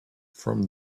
from